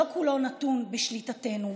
שלא כולו נתון לשליטתנו,